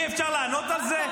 אי-אפשר לענות על זה?